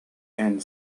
and